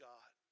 God